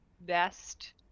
best